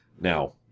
Now